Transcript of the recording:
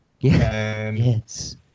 Yes